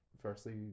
firstly